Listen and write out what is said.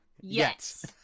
Yes